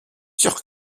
sûr